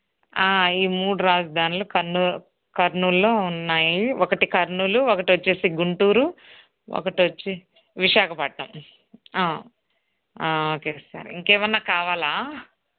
ఈ మూడు రాజధానులు కర్నూలు కర్నూలులో ఉన్నాయి ఒకటి కర్నూలు ఒకటి వచ్చేసి గుంటూరు ఒకటి వచ్చి విశాఖపట్నం ఓకే సార్ ఇంకేమన్నా కావాలా